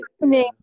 name